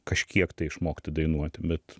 kažkiek tai išmokti dainuoti bet